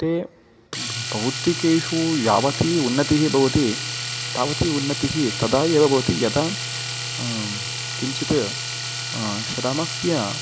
ते बौद्धिकेषु यावती उन्नतिः भवति तावती उन्नतिः तदा एव भवति यदा किञ्चित् श्रमस्य